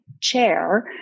chair